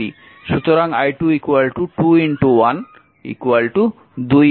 সুতরাং i2 2 1 2 ampere